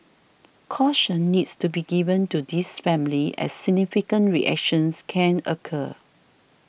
caution needs to be given to these families as significant reactions can occur